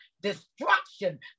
destruction